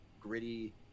gritty